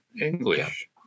English